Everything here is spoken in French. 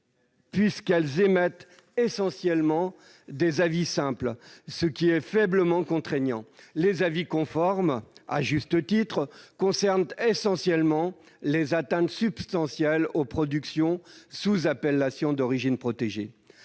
puisqu'elles émettent essentiellement des avis simples, ce qui est faiblement contraignant. Les avis conformes concernent essentiellement les atteintes substantielles aux productions sous appellation d'origine protégée.